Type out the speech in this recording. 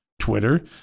Twitter